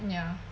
ya